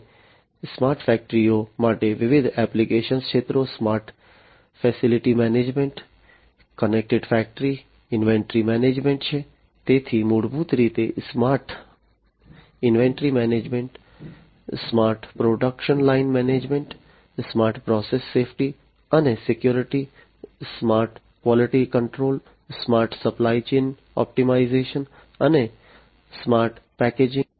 અને સ્માર્ટ ફેક્ટરીઓ માટે વિવિધ એપ્લિકેશન ક્ષેત્રો smart facility management connected factory inventory management છે તેથી મૂળભૂત રીતે smart inventory management smart production line management smart process safety અને security smart service quality control smart supply chain optimization અને સ્માર્ટ પેકેજીંગ